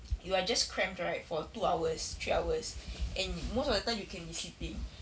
you are just crammed right for two hours three hours and most of the time you can be sleeping